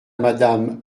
madame